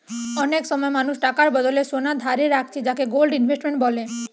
অনেক সময় মানুষ টাকার বদলে সোনা ধারে রাখছে যাকে গোল্ড ইনভেস্টমেন্ট বলে